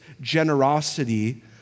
generosity